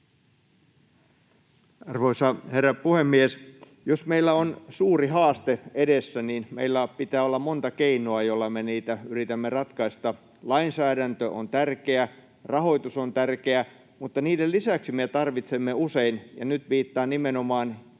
Arvoisa herra puhemies! Jos meillä on suuri haaste edessä, niin meillä pitää olla monta keinoa, joilla me sitä yritämme ratkaista. Lainsäädäntö on tärkeä, rahoitus on tärkeä, mutta niiden lisäksi me tarvitsemme usein — ja nyt viittaan nimenomaan